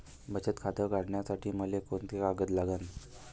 बचत खातं काढासाठी मले कोंते कागद लागन?